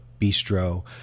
bistro